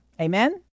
Amen